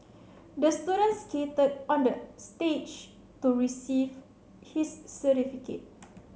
the student skated on the stage to receive his certificate